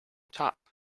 top